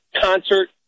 concert